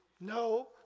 No